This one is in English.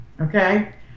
Okay